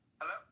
Hello